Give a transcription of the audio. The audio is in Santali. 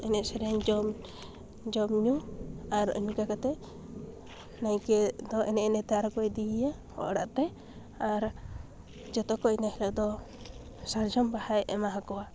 ᱮᱱᱮᱡ ᱥᱮᱨᱮᱧᱡᱚᱝ ᱡᱚᱢᱼᱧᱩ ᱟᱨ ᱮᱱᱠᱟ ᱠᱟᱛᱮ ᱱᱟᱭᱠᱮᱫᱚ ᱮᱱᱮᱡ ᱮᱱᱮᱡᱛᱮ ᱟᱨᱚᱠᱚ ᱤᱫᱤᱭᱮᱭᱟ ᱚᱲᱟᱜᱛᱮ ᱟᱨ ᱡᱚᱛᱚᱠᱚ ᱮᱱᱦᱤᱞᱟᱹᱜ ᱫᱚ ᱥᱟᱨᱡᱚᱢ ᱵᱟᱦᱟᱭ ᱮᱢᱟ ᱦᱟᱠᱚᱣᱟ